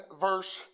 verse